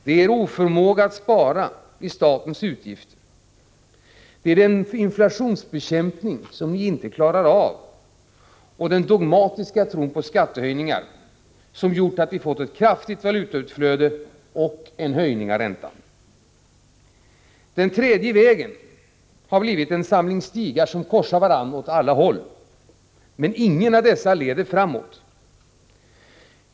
Det är er oförmåga att spara i statens utgifter, det är den inflationsbekämpning som ni inte klarar av och den dogmatiska tron på skattehöjningar som gjort att vi har fått ett kraftigt valutautflöde och en höjning av räntan. Den tredje vägen har blivit en samling stigar som korsar varandra åt alla håll, men ingen av dessa leder framåt.